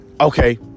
okay